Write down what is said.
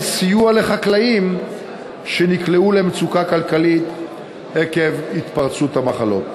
סיוע לחקלאים שנקלעו למצוקה כלכלית עקב התפרצות המחלות.